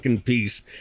piece